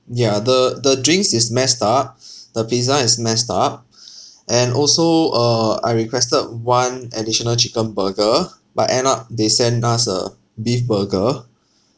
ya the the drinks is messed up the pizza is messed up and also uh I requested one additional chicken burger but end up they send us a beef burger